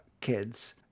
kids